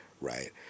right